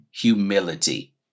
humility